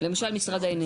למשל משרד האנרגיה.